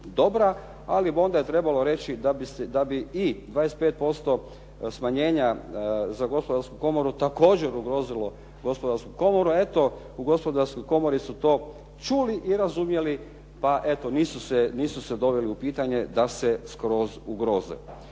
ali onda je trebalo reći da bi i 25% smanjenja za Gospodarsku komoru također ugrozilo Gospodarsku komoru, a eto u Gospodarskoj komori su to čuli i razumjeli pa eto nisu se doveli u pitanje da se skroz ugroze.